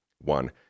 one